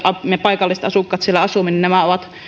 me paikalliset asukkaat siellä asumme ovat